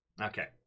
Okay